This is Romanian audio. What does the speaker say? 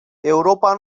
europa